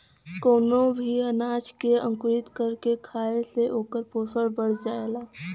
कवनो भी अनाज के अंकुरित कर के खाए से ओकर पोषण बढ़ जाला